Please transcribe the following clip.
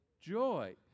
joy